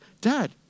dad